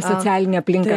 socialinė aplinka